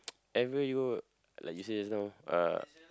ever you like you say just now uh